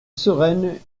sereine